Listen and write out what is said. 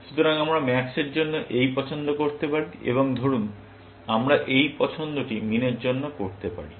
তারপর আমরা max র জন্য এই পছন্দ করতে পারি এবং ধরুন আমরা এই পছন্দটি মিনের জন্য করতে পারি